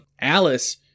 Alice